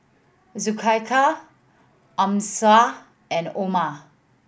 Zulaikha Amsyar and Omar